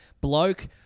bloke